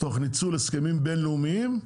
תוך ניצול הסכמים בין לאומיים,